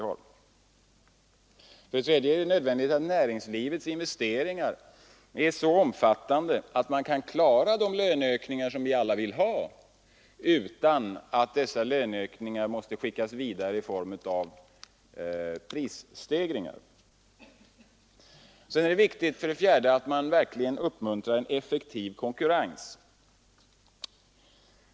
För det tredje är det nödvändigt att näringslivets investeringar är så omfattande att man kan klara de löneökningar som vi alla vill ha utan att skicka dessa löneökningar vidare i form av prisökningar. För det fjärde är det viktigt att man verkligen uppmuntrar en effektiv konkurrens.